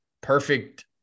perfect